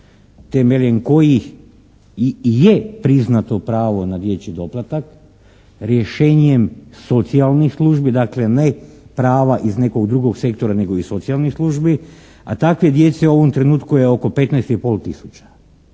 temeljem kojih i je priznato pravo na dječji doplatak rješenjem socijalnih službi, dakle ne prava iz nekog drugog sektora nego iz socijalnih službi a takve djece u ovom trenutku je oko 15,5